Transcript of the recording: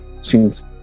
seems